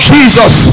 Jesus